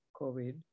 COVID